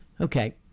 Okay